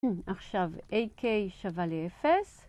עכשיו a k שווה לאפס.